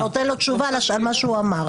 אתה נותן לו תשובה למה שהוא אמר.